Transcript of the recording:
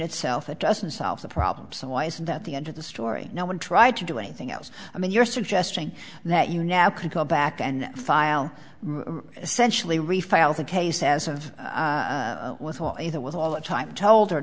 itself it doesn't solve the problem so why isn't that the end of the story no one tried to do anything else i mean you're suggesting that you now can go back and file essentially refile the case as of thought either with all the time told or